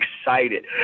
excited